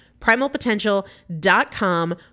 Primalpotential.com